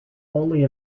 only